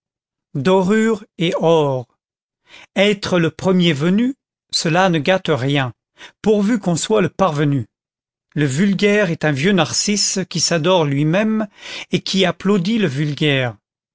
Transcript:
dorure est or être le premier venu cela ne gâte rien pourvu qu'on soit le parvenu le vulgaire est un vieux narcisse qui s'adore lui-même et qui applaudit le vulgaire